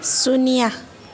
शून्य